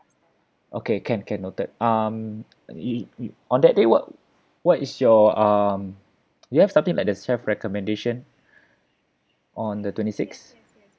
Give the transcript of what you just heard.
okay can can noted um you you you on that day what what is your um you have something like the chef recommendation on the twenty sixth